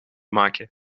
maken